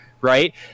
right